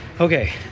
okay